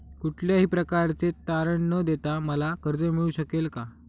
कुठल्याही प्रकारचे तारण न देता मला कर्ज मिळू शकेल काय?